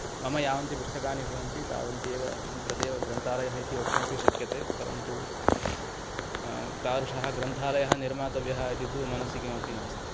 मम यावन्ति पुस्तकानि भवन्ति तावन्त्यैव तदैव ग्रन्थालयः इति वक्तुमपि शक्यते परन्तु तादृशः ग्रन्थालयः निर्मातव्यः इति तु मनसि किमपि नास्ति